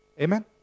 Amen